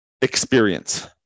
experience